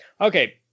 okay